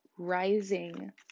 Rising